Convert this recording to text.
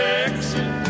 Texas